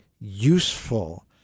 useful